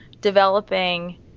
developing